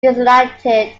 designated